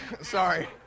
sorry